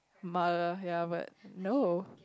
mother ya but no